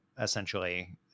essentially